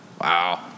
Wow